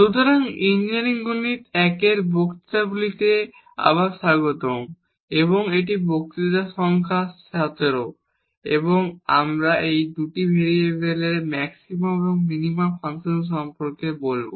সুতরাং ইঞ্জিনিয়ারিং গণিত I এ বক্তৃতাগুলিতে আবার স্বাগতম এবং এটি বক্তৃতা সংখ্যা 17 এবং আজ আমরা দুটি ভেরিয়েবলের ম্যাক্সিমা এবং মিনিমা ফাংশন সম্পর্কে কথা বলব